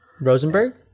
Rosenberg